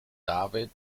david